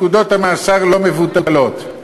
פקודות המאסר לא מבוטלות,